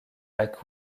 lacs